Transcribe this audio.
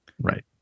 Right